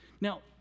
Now